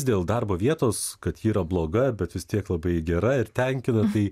dėl darbo vietos kad ji yra bloga bet vistiek labai gera ir tenkina tai